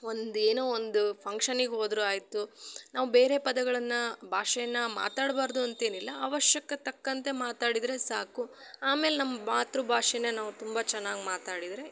ಒಂದು ಏನೋ ಒಂದು ಫಂಕ್ಷನಿಗೆ ಹೋದರು ಆಯಿತು ನಾವು ಬೇರೆ ಪದಗಳನ್ನ ಭಾಷೆನ ಮಾತಾಡಬಾರ್ದು ಅಂತೇನಿಲ್ಲ ಅವಶ್ಯಕತೆ ತಕ್ಕಂತೆ ಮಾತಾಡಿದರೆ ಸಾಕು ಆಮೇಲೆ ನಮ್ಮ ಮಾತೃಭಾಷೆನೆ ನಾವು ತುಂಬ ಚೆನ್ನಾಗಿ ಮಾತಾಡಿದರೆ